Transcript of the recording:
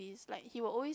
it's like he will always